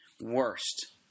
Worst